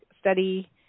study